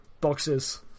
boxes